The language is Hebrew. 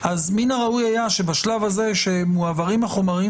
אז מן הראוי היה שבשלב הזה שמועברים החומרים